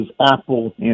Apple